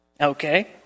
Okay